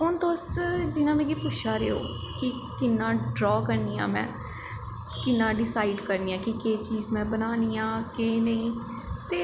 हून तुस जियां मिगी पुच्छा दे ओ कि कियां ड्रा करनी आं में कि'यां डिसाईड करनी आं कि केह् चीज में बनानी ऐ केह् नेईं ते